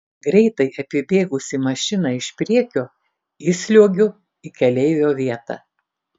greitai apibėgusi mašiną iš priekio įsliuogiu į keleivio vietą